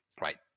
right